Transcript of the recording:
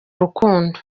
rukundo